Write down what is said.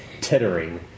tittering